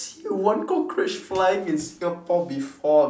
see one cockroach flying in singapore before